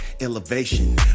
elevation